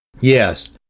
Yes